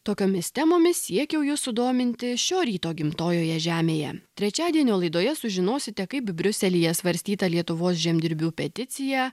tokiomis temomis siekiau juos sudominti šio ryto gimtojoje žemėje trečiadienio laidoje sužinosite kaip briuselyje svarstyta lietuvos žemdirbių peticija